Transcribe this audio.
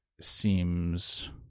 seems